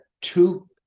two